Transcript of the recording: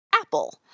apple